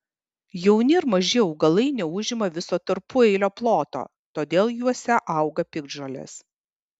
jauni ir maži augalai neužima viso tarpueilio ploto todėl juose auga piktžolės